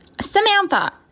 Samantha